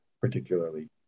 particularly